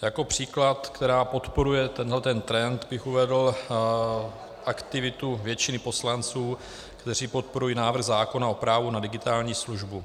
Jako příklad, který podporuje tenhle trend, bych uvedl aktivitu většiny poslanců, kteří podporují návrh zákona o právu na digitální službu.